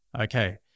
Okay